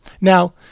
Now